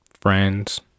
friends